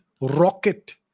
rocket